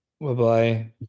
Bye-bye